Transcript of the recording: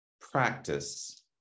practice